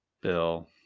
Bill